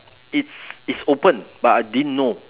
it's it's open but I didn't know